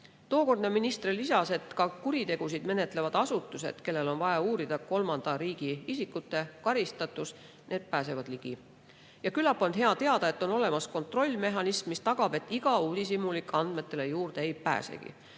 Tookordne minister lisas, et ka kuritegusid menetlevad asutused, kellel on vaja uurida kolmanda riigi isikute karistatust, pääsevad ligi. Küllap on hea teada, et on olemas kontrollmehhanism, mis tagab, et iga uudishimulik andmetele juurde ei pääsegi.